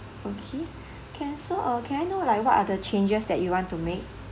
okay can so uh can I know like what are the changes that you want to make